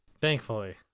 Thankfully